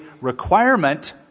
requirement